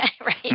Right